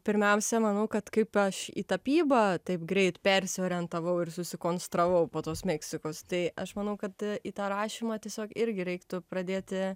pirmiausia manau kad kaip aš į tapybą taip greit persiorientavau ir susikonstravau po tos meksikos tai aš manau kad į tą rašymą tiesiog irgi reiktų pradėti